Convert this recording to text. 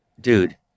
dude